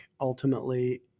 Ultimately